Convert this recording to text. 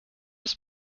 ist